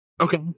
Okay